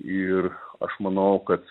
ir aš manau kad